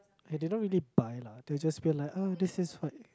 they didn't really buy lah they will just be like oh this is what